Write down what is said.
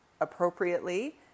appropriately